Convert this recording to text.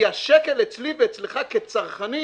כי השקל אצלי ואצלך כצרכנים